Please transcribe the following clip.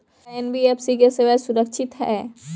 का एन.बी.एफ.सी की सेवायें सुरक्षित है?